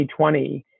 2020